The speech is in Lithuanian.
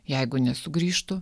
jeigu nesugrįžtų